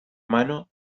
mano